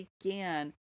began